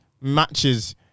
matches